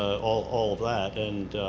all all of that. and